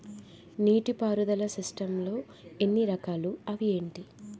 నీటిపారుదల సిస్టమ్ లు ఎన్ని రకాలు? అవి ఏంటి?